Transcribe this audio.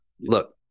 look